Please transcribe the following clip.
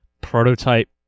Prototype